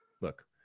look